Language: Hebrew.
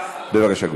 גברתי.